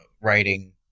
writing